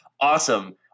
Awesome